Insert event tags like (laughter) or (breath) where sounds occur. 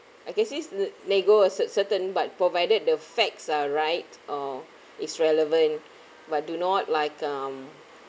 I can cease the nego~ a cert~ certain but provided the facts are right or (breath) it's relevant (breath) but do not like um